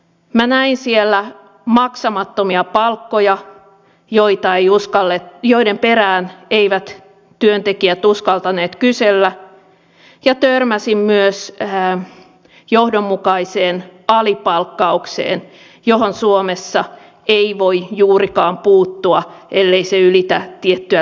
minä näin siellä maksamattomia palkkoja joiden perään eivät työntekijät uskaltaneet kysellä ja törmäsin myös johdonmukaiseen alipalkkaukseen johon suomessa ei voi juurikaan puuttua ellei se ylitä tiettyä törkeyden tasoa